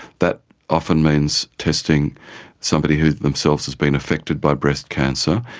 that often means testing somebody who themselves has been affected by breast cancer,